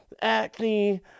Acne